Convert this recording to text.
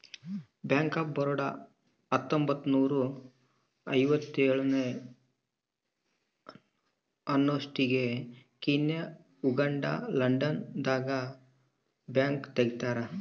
bank of Baroda ಹತ್ತೊಂಬತ್ತ್ನೂರ ಐವತ್ತೇಳ ಅನ್ನೊಸ್ಟಿಗೆ ಕೀನ್ಯಾ ಉಗಾಂಡ ಲಂಡನ್ ದಾಗ ನು ಬ್ಯಾಂಕ್ ತೆಗ್ದಾರ